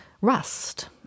rust